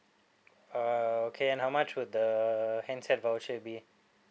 uh okay and how much will the handset voucher be